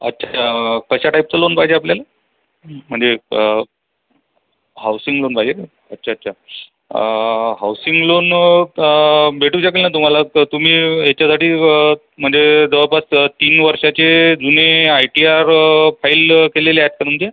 अच्छा कशा टाईपचं लोन पाहिजे आपल्याला म्हणजे क हाऊसिंग लोन पाहिजे का अच्छा अच्छा हाऊसिंग लोन तर भेटू शकेल ना तुम्हाला तर तुम्ही याच्यासाठी म्हणजे जवळपास तीन वर्षाचे जुने आय टी आर फाईल केलेले आहेत का तुमचे